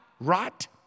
right